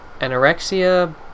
Anorexia